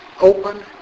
open